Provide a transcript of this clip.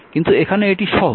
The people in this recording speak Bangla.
কিন্তু এখানে এটি সহজ